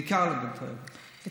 בעיקר לבתי אבות.